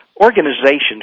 organizations